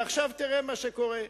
ועכשיו תראה מה שקורה,